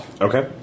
Okay